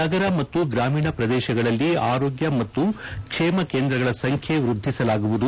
ನಗರ ಮತ್ತು ಗ್ರಾಮೀಣ ಪ್ರದೇಶಗಳಲ್ಲಿ ಆರೋಗ್ಯ ಮತ್ತು ಕ್ಷೇಮ ಕೇಂದ್ರಗಳ ಸಂಖ್ಯೆ ವೃದ್ಧಿಸಲಾಗುವುದು